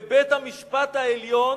ובית-המשפט העליון